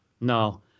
no